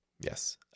Yes